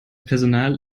personal